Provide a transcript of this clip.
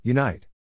Unite